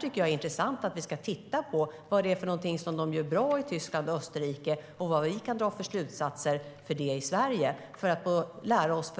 Det är intressant, och vi ska titta på vad de gör bra i Tyskland och Österrike och vad vi kan dra för slutsatser för Sverige och lära oss